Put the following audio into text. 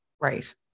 Right